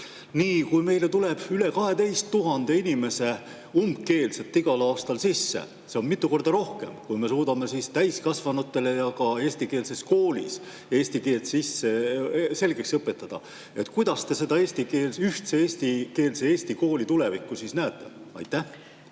Kui meile tuleb üle 12 000 inimese umbkeelseid igal aastal sisse, siis see on mitu korda rohkem, kui me suudame täiskasvanutele ja ka eestikeelses koolis eesti keelt selgeks õpetada. Kuidas te seda ühtse eestikeelse Eesti kooli tulevikku näete? Suur